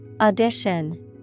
Audition